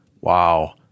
wow